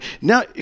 now